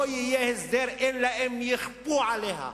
לא יהיה הסדר, אלא אם כן יכפו עליה.